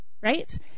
right